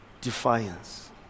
Defiance